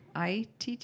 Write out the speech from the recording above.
ITT